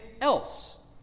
else